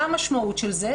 מה המשמעות של זה?